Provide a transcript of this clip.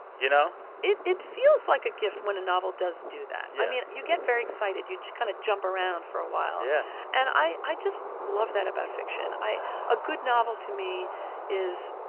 you know? it it feels like a gift when a novel does do that yeah i mean, you get very excited. you kind of jump around for a while yeah and i i just love that about fiction. a good novel to me is,